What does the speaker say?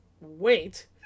wait